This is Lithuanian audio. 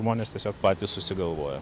žmonės tiesiog patys susigalvojo